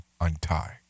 untie